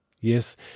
Yes